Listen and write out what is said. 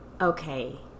Okay